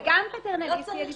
זה גם פטרנליסטי, אני מסכימה.